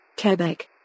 Quebec